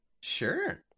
Sure